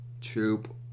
troop